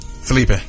Felipe